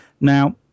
Now